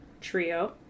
trio